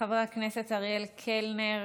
חבר הכנסת אריאל קלנר,